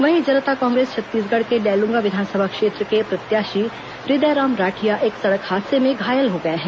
वहीं जनता कांग्रेस छत्तीसगढ़ के लैलूंगा विधानसभा क्षेत्र के प्रत्याशी हृदयराम राठिया एक सड़क हादसे में घायल हो गए हैं